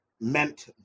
meant